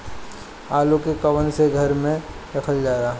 आलू के कवन से घर मे रखल जाला?